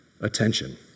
attention